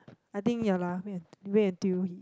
I think ya lah wait until wait until he